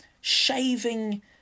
shaving